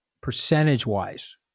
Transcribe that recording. percentage-wise